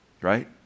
right